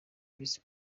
visi